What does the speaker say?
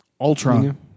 Ultron